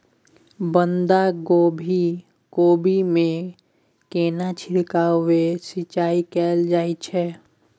बंधागोभी कोबी मे केना छिरकाव व सिंचाई कैल जाय छै?